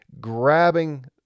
grabbing